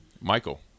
Michael